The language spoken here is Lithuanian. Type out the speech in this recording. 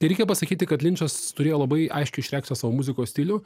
tai reikia pasakyti kad linčas turėjo labai aiškiai išreikštą savo muzikos stilių